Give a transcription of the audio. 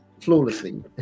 Flawlessly